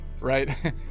Right